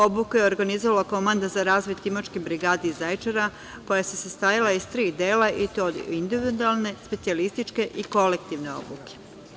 Obuku je organizovala Komanda za razvoj Timočke brigade iz Zaječara, koja se sastojala iz tri dela i to iz individualne, specijalističke i kolektivne obuke.